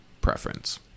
preference